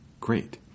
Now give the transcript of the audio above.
great